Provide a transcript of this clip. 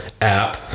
app